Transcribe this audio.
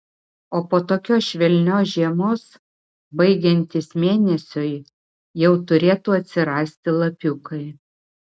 o po tokios švelnios žiemos baigiantis mėnesiui jau turėtų atsirasti lapiukai